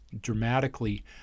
dramatically